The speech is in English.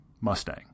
Mustang